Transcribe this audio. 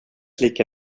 lika